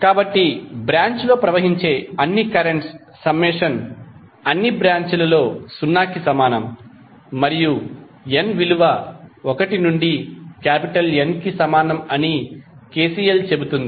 కాబట్టి బ్రాంచ్ లో ప్రవహించే అన్ని కరెంట్స్ సమ్మేషన్ అన్ని బ్రాంచ్ లలో 0 కి సమానం మరియు n విలువ 1 నుండి N కి సమానం అని KCL చెబుతుంది